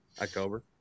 October